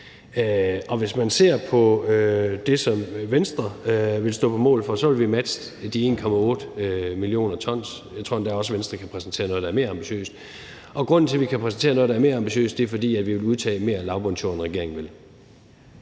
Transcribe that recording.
Og hvis man ser på det, som Venstre vil stå på mål for, vil vi matche de 1,8 mio. t – jeg tror endda også, at Venstre kan præsentere noget, der er mere ambitiøst, og grunden til, at vi kan præsentere noget, der er mere ambitiøst, er, at vi vil udtage mere lavbundsjord, end regeringen vil.